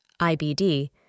IBD